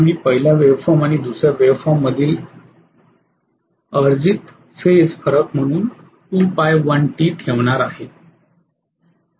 तर मी पहिल्या वेव्हफॉर्म आणि दुसर्या वेव्हफॉर्ममधील अर्जित फेज फरक म्हणून 2π 1 t ठेवणार आहे